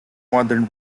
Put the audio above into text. modern